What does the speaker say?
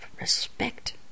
respect